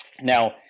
Now